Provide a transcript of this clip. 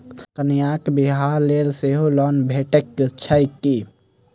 कन्याक बियाह लेल सेहो लोन भेटैत छैक की?